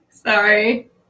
Sorry